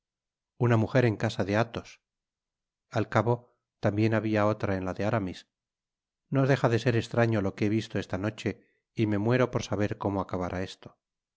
una mujer en casa de athos al cabo tambien habia otra en la de aramis no deja de ser estraño lo que he visto esta noche y me muero por saber como acabará esto